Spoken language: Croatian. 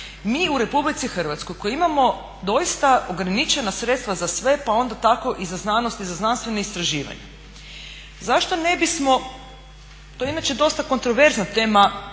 Mi u RH koji imamo doista ograničena sredstva za sve pa onda tako i za znanost i za znanstvena istraživanja zašto ne bismo, to je inače dosta kontroverzna tema